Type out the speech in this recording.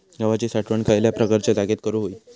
गव्हाची साठवण खयल्या प्रकारच्या जागेत करू होई?